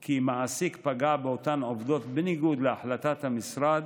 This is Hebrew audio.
כי מעסיק פגע באותן עובדות בניגוד להחלטת המשרד,